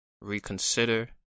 reconsider